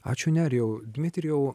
ačiū nerijau dmitrijau